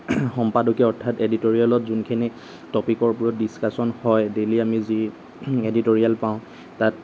সম্পাদকীয় অৰ্থাৎ এডিটৰীয়েলত যোনখিনি টপিকৰ ওপৰত ডিস্কাছন হয় ডেইলি আমি যি এডিটৰিয়েল পাওঁ তাত